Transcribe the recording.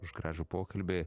už gražų pokalbį